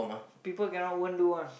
people cannot won't do one